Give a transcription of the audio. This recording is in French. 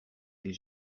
les